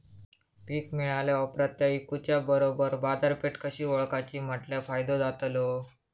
पीक मिळाल्या ऑप्रात ता इकुच्या बरोबर बाजारपेठ कशी ओळखाची म्हटल्या फायदो जातलो?